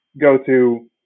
go-to